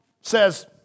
says